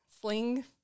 sling